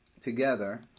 together